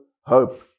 hope